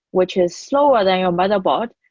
which is slower than your motherboard,